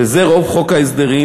וזה רוב חוק ההסדרים,